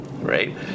right